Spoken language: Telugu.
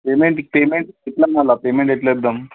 ఏమైంది పేమెంట్ ఎట్లా మరి పేమెంట్ ఎట్లా ఇద్దాం